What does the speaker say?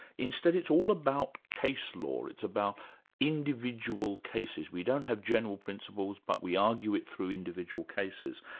instead it's all about case law, it's about individual cases, we don't have general principles but we argue it through individual cases.